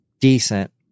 decent